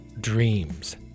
dreams